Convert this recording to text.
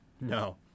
no